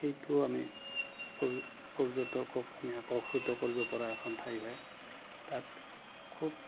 সেইটো আমি পৰ্যটকক আমি আকৰ্ষিত কৰিব পৰা এখন ঠাই হয় তাত খুব